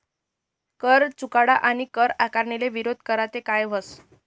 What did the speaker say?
कर चुकाडा आणि कर आकारणीले विरोध करा ते काय व्हस